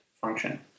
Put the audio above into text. function